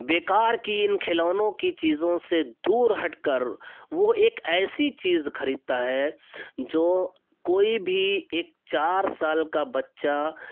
بیکار کی ان کھلونوں کی چیزوں سے دور ہٹ کر وہ ایک ایسی چیز خریدتا ہے جو کوئی بھی ایک چار سال کا بچہ